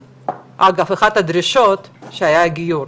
ואחת הדרישות שלהם הייתה שיהיה גיור,